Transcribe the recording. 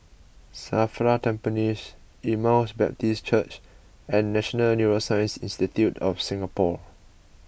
Safra Tampines Emmaus Baptist Church and National Neuroscience Institute of Singapore